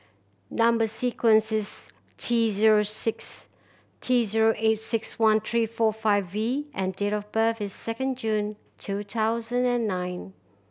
number sequence is T six T eight six one three four five V and date of birth is second June two thousand and nine